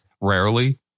rarely